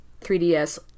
3ds